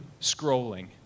scrolling